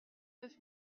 neuf